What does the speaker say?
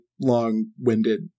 long-winded